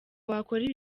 wakora